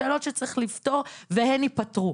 שאלות שצריך לפתור והן יפתרו,